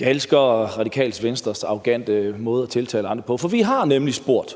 Jeg elsker Radikale Venstres arrogante måde at tiltale andre på. For vi har nemlig spurgt,